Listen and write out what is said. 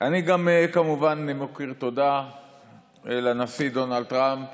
אני גם, כמובן, מוקיר תודה לנשיא דונלד טראמפ